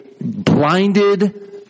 blinded